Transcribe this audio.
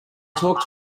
talk